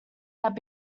have